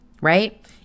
right